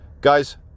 guys